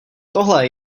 tohle